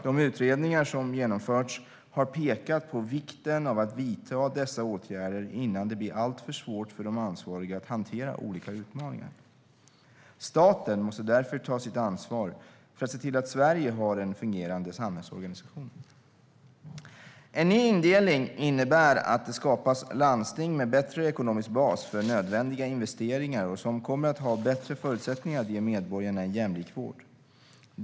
De utredningar som genomförts har pekat på vikten av att vidta dessa åtgärder innan det blir alltför svårt för de ansvariga att hantera olika utmaningar. Staten måste därför ta sitt ansvar för att se till att Sverige har en fungerande samhällsorganisation. En ny indelning innebär att det skapas landsting som har en bättre ekonomisk bas för nödvändiga investeringar och som kommer att ha bättre förutsättningar att ge medborgarna en jämlik vård.